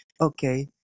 Okay